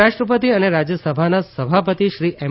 ઉપરાષ્ટ્રપતિ અને રાજ્યસભાના સભાપતિ શ્રી એમ